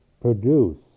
produce